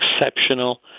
exceptional